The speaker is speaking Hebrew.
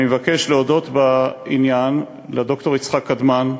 אני מבקש להודות בעניין לד"ר יצחק קדמן,